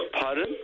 Pardon